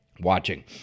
watching